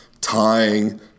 tying